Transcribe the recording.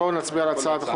צריך להצביע בנפרד.